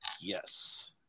yes